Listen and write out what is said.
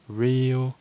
real